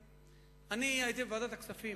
הייתי בוועדת הכספים